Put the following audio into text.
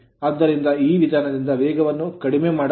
ಆದ್ದರಿಂದ ಈ ವಿಧಾನದಿಂದ ವೇಗವನ್ನು ಕಡಿಮೆ ಮಾಡಬಹುದು